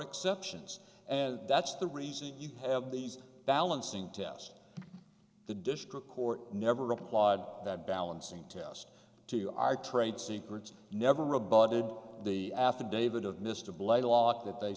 exceptions and that's the reason you have these balancing test the district court never applied that balancing test to our trade secrets never rebutted the affidavit of mr blight a lot that they